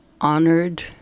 honored